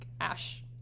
Ash